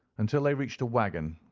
until they reached a waggon,